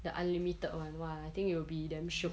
the unlimited [one] !wah! I think you will be damn shiok